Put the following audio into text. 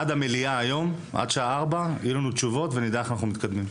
עד המליאה היום בשעה 4 יהיו לנו תשובות ונדע איך אנחנו מתקדמים.